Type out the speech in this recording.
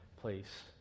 place